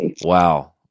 Wow